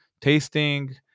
tasting